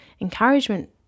encouragement